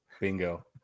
Bingo